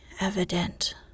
evident